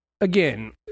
again